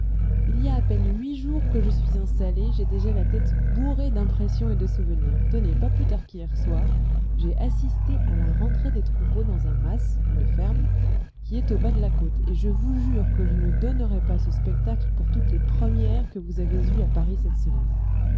il y a à peine huit jours que je suis installé j'ai déjà la tête bourrée d'impressions et de souvenirs tenez pas plus tard qu'hier soir j'ai assisté à la rentrée des troupeaux dans un mas une ferme qui est au bas de la côte et je vous jure que je ne donnerais pas ce spectacle pour toutes les premières que vous avez eues à paris cette semaine